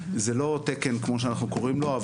זה לא תקן כמו שאנחנו קוראים לו,